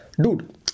dude